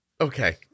Okay